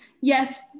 Yes